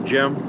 Jim